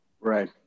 right